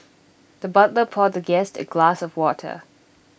the butler poured the guest A glass of water